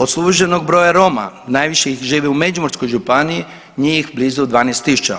Od službenog broja Roma najviše ih živi u Međimurskoj županiji, njih blizu 12.000,